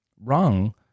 wrong